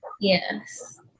Yes